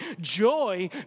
Joy